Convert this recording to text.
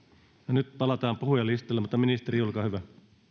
nyt palataan puhujalistalle mutta ensin ministeri olkaa hyvä